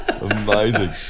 Amazing